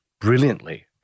brilliantly